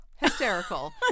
Hysterical